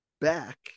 back